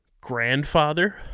grandfather